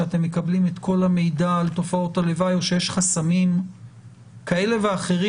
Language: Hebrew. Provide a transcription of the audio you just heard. שאתם מקבלים את כל המידע על תופעות הלוואי או שיש חסמים כאלה ואחרים?